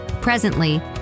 Presently